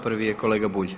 Prvi je kolega Bulj.